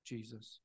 Jesus